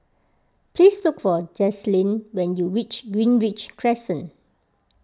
please look for Jaylyn when you reach Greenridge Crescent